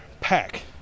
Pack